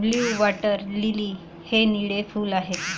blue water lily हे निळे फूल आहे